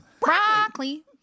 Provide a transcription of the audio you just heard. Broccoli